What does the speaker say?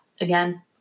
again